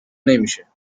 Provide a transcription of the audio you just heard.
نمیشه